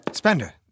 Spender